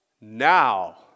Now